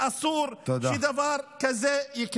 אסור שיקרה דבר כזה.